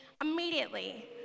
immediately